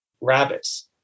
rabbits